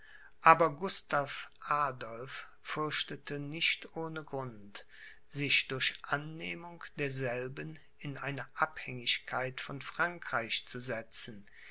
aber gustav adolph fürchtete nicht ohne grund sich durch annehmung derselben in eine abhängigkeit von frankreich zu setzen